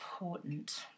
important